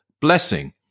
blessing